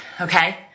Okay